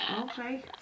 okay